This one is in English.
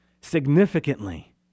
Significantly